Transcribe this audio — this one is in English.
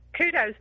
kudos